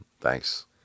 Thanks